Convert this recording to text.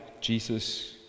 Jesus